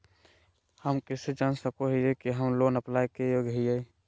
हम कइसे जान सको हियै कि हम लोन अप्लाई के योग्य हियै?